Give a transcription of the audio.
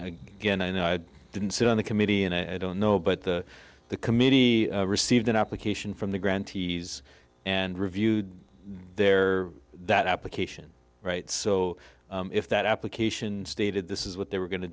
again i know i didn't sit on the committee and i don't know but the the committee received an application from the grantees and reviewed there that application right so if that application stated this is what they were going to